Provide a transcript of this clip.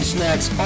Snacks